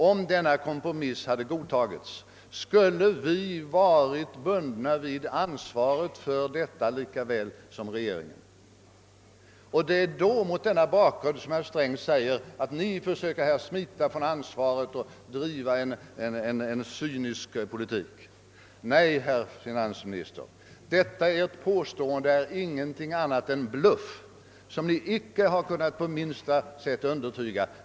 Om denna kompromiss hade godtagits skulle vi lika väl som regeringen ha varit bundna vid ansvaret för hyresregleringens avskaffande. Det är mot denna bakgrund som herr Sträng säger att vi har försökt smita från ansvaret och drivit en cynisk politik. Nej, herr finansminister, detta Ert påstående är ingenting annat än en bluff som Ni inte på något sätt har kunnat underbygga.